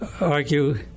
argue